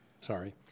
Sorry